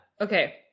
Okay